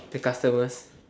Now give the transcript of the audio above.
the customers